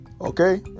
okay